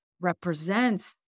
represents